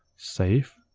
save,